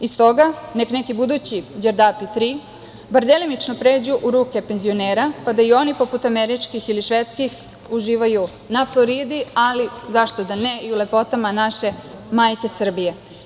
Iz toga, nek neki budući Đerdapi tri bar delimično pređu u ruke penzionera, pa da i oni poput američkih ili švedskih uživaju na Floridi, ali, zašto da ne, i u lepotama naše majke Srbije.